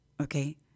Okay